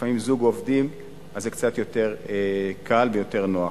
לפעמים בני-זוג עובדים אז זה קצת יותר קל ויותר נוח.